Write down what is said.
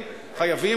קודם כול,